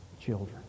children